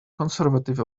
conservative